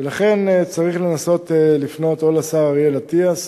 ולכן צריך לנסות לפנות או לשר אריאל אטיאס